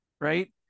Right